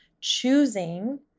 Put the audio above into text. choosing